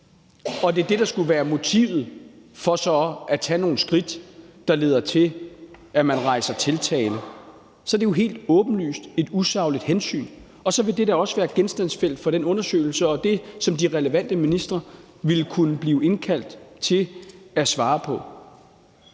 og det så er det, der skulle være motivet for at tage nogle skridt, der leder til, at man rejser tiltale, så er det jo helt åbenlyst et usagligt hensyn, og så vil det da også være et genstandsfelt for den undersøgelse og det, som de relevante ministre ville kunne blive indkaldt til at svare på.